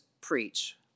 preach